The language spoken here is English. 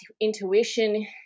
intuition